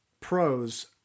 pros